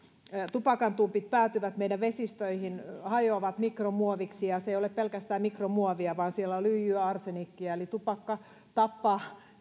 tupakantumpit päätyvät meidän vesistöihimme hajoavat mikromuoviksi se ei ole pelkästään mikromuovia vaan siellä on lyijyä arsenikkia eli tupakka tappaa ei